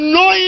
no